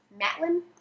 Matlin